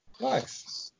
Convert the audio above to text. Nice